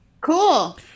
Cool